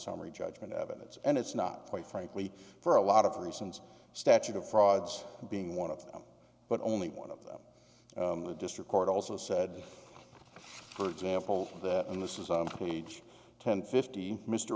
summary judgment evidence and it's not quite frankly for a lot of reasons statute of frauds being one of them but only one of the district court also said for example that and this is an age ten fifty mr